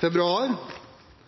februar 2015: